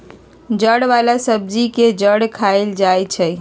जड़ वाला सब्जी के जड़ खाएल जाई छई